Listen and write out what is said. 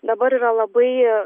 dabar yra labai